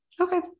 Okay